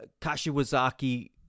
Kashiwazaki